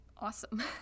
awesome